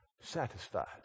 satisfied